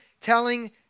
telling